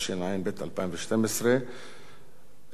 התשע"ב 2012,